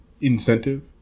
incentive